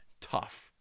Tough